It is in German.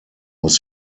muss